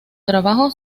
trabajo